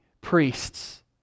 priests